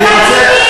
אני רוצה,